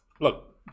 Look